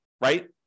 right